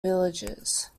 villagers